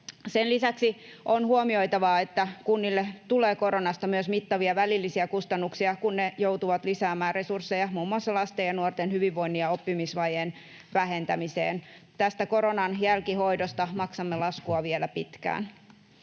Sen lisäksi on huomioitava, että kunnille tulee koronasta myös mittavia välillisiä kustannuksia, kun ne joutuvat lisäämään resursseja muun muassa lasten ja nuorten hyvinvoinnin ja oppimisvajeen vähentämiseen. Tästä koronan jälkihoidosta maksamme laskua vielä pitkään.